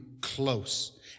close